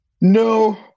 No